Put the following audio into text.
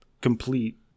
complete